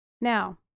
Now